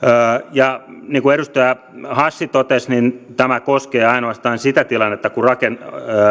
niin kuin edustaja hassi totesi niin tämä koskee ainoastaan sitä tilannetta kun